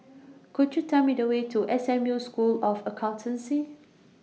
Could YOU Tell Me The Way to S M U School of Accountancy